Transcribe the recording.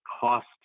cost